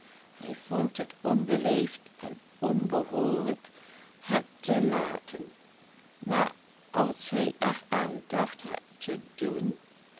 hij vond het onbeleefd en onbehoorlijk het te laten maar als hij er aan dacht het te doen